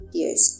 years